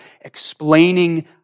explaining